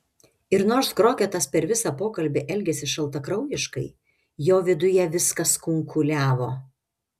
ir nors kroketas per visą pokalbį elgėsi šaltakraujiškai jo viduje viskas kunkuliavo